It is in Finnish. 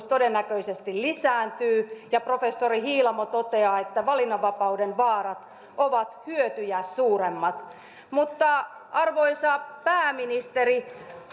todennäköisesti lisääntyy ja professori hiilamo toteaa että valinnanvapauden vaarat ovat hyötyjä suuremmat mutta arvoisa pääministeri